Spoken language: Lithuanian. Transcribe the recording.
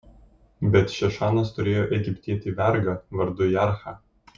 bet šešanas turėjo egiptietį vergą vardu jarhą